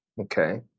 Okay